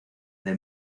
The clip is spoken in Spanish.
the